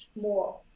more